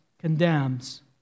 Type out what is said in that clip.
condemns